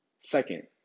second